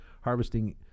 harvesting